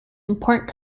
important